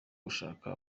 gushaka